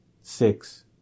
six